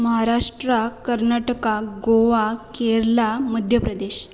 Maharashtra Karnataka Goa Kerala Madhya Pradesh